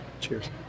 Cheers